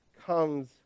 comes